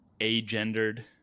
agendered